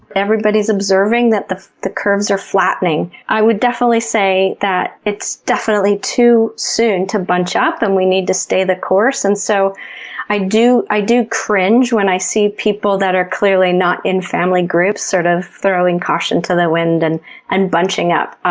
everybody's observing that the the curves are flattening. i would definitely say that it's definitely too soon to bunch up and we need to stay the course. and so i do i do cringe when i see people that are clearly not in family groups sort of throwing caution to the wind and and bunching up.